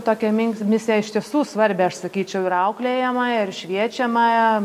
tokią mink misiją iš tiesų svarbią aš sakyčiau ir auklėjamąją ir šviečiamąją